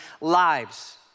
lives